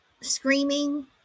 screaming